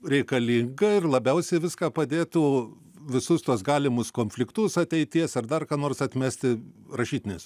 reikalinga ir labiausiai viską padėtų visus tuos galimus konfliktus ateities ar dar ką nors atmesti rašytinės